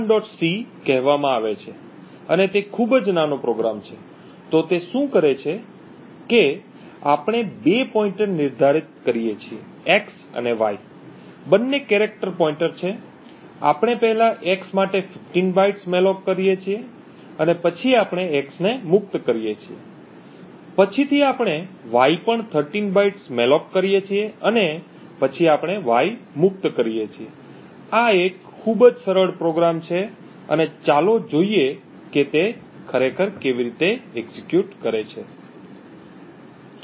c કહેવામાં આવે છે અને તે ખૂબ જ નાનો પ્રોગ્રામ છે તો તે શું કરે છે કે આપણે બે પોઇન્ટર નિર્ધારિત કરીએ છીએ x અને y બંને કેરેક્ટર પોઇન્ટર છે આપણે પહેલા x માટે 15 બાઇટ્સ મૅલોક કરીએ છીએ અને પછી આપણે x ને મુક્ત કરીએ છીએ પછીથી આપણે y પણ 13 બાઇટ્સ મૅલોક કરીએ છીએ અને પછી આપણે y મુક્ત કરીએ છીએ આ એક ખૂબ જ સરળ પ્રોગ્રામ છે અને ચાલો જોઈએ કે તે ખરેખર કેવી રીતે એક્ઝેક્યુટ કરે છે